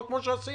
או כמו שעשינו